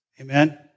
Amen